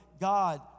God